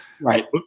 Right